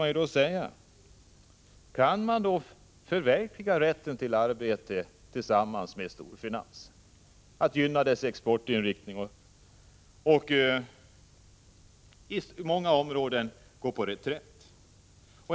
Kan då regeringen förverkliga rätten till arbete tillsammans med storfinansen? Man gynnar exportinriktningen och går på många områden till reträtt.